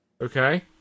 Okay